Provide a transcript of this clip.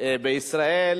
בישראל